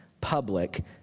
public